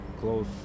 close